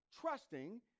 trusting